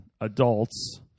adults